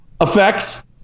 effects